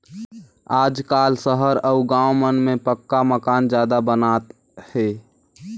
आजकाल सहर अउ गाँव मन में पक्का मकान जादा बनात हे